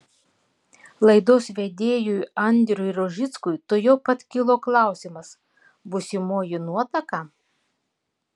laidos vedėjui andriui rožickui tuojau pat kilo klausimas būsimoji nuotaka